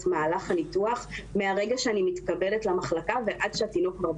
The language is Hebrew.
מהלך הניתוח מהרגע שאני מתקבלת למחלקה עד הרגע שהתינוק בחוץ.